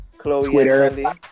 Twitter